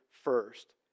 first